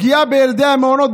פגיעה בילדי המעונות,